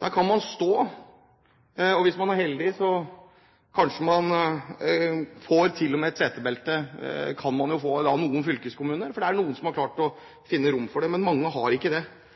Der kan man stå, og hvis man er heldig, får man kanskje til og med et setebelte i noen fylkeskommuner, for det er noen som har klart